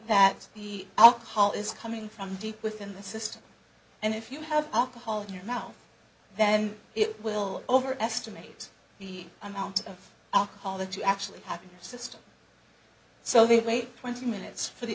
that the alcohol is coming from deep within the system and if you have alcohol in your mouth then it will over estimate the amount of alcohol that you actually have a system so they wait twenty minutes for the